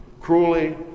cruelly